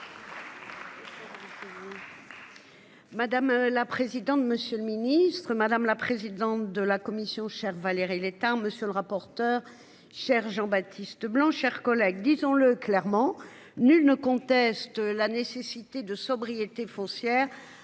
Madame la présidente, monsieur le ministre, madame la présidente de la commission chère Valérie Létard. Monsieur le rapporteur. Chers Jean-Baptiste Leblanc, chers collègues, disons-le clairement, nul ne conteste la nécessité de sobriété foncière